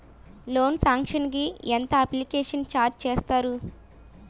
Loan sanction కి ఎంత application charge వేస్తారు?